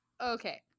okay